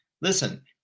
listen